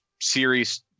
series